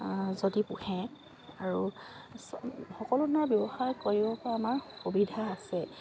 যদি পোহে আৰু সকলো ধৰণৰ ব্যৱসায় কৰিব পৰা আমাৰ সুবিধা আছে